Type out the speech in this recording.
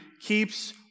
keeps